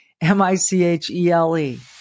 M-I-C-H-E-L-E